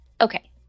okay